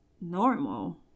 normal